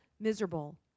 miserable